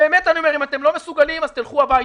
באמת אני אומר, אם אתם לא מסוגלים אז תלכו הביתה.